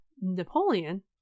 Napoleon